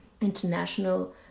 international